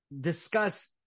discuss